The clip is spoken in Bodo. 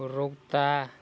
रौता